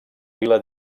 vila